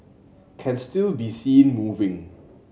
can still be seen moving